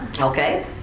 Okay